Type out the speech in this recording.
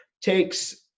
takes